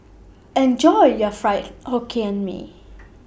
Enjoy your Fried Hokkien Mee